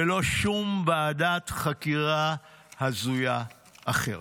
ולא שום ועדת חקירה הזויה אחרת.